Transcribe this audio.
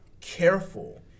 careful